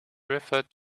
referred